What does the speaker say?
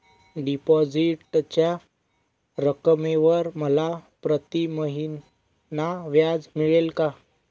डिपॉझिटच्या रकमेवर मला प्रतिमहिना व्याज मिळेल का?